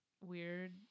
weird